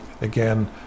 again